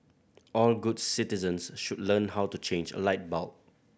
all good citizens should learn how to change a light bulb